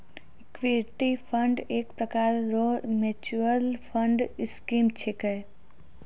equity fund एक प्रकार रो मिच्युअल फंड स्कीम छिकै